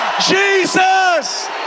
Jesus